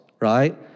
right